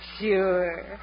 Sure